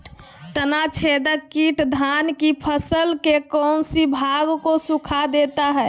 तनाछदेक किट धान की फसल के कौन सी भाग को सुखा देता है?